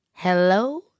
hello